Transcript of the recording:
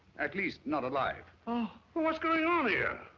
at least not alive. ah but what's going on here?